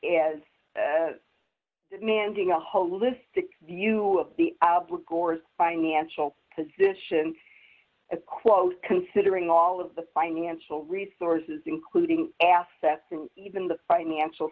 as demanding a holistic view of the gores financial position as quote considering all of the financial resources including assets and even the financial